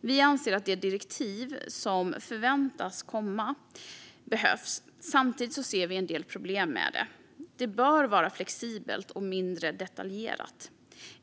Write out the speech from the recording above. Vi anser att det direktiv som förväntas komma behövs. Samtidigt ser vi en del problem med det. Det bör vara flexibelt och mindre detaljerat.